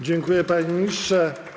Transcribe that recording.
Dziękuję, panie ministrze.